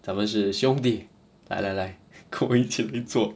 咱们是兄弟来来来跟我们一起坐